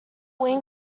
wink